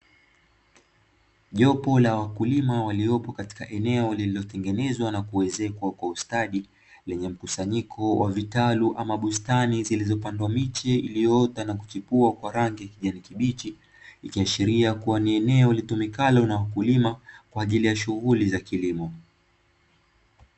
Jopo la wakulima waliopo katika eneo lililotengenezwa na kuezekwa kwa ustadi, lenye mkusanyiko wa vitalu ama bustani zilizopandwa miche iliyoota na kuchipua kwa rangi ya kijani kibichi, ikiashiria kuwa ni eneo litumikalo na wakulima kwa ajili ya shughuli za kilimo.